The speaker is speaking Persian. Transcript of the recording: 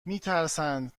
میترسند